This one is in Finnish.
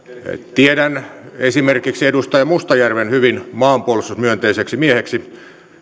tiedän esimerkiksi edustaja mustajärven hyvin maanpuolustusmyönteiseksi mieheksi